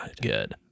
good